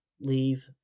leave